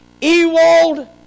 Ewald